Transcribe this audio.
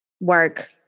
Work